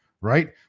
Right